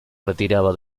retiraba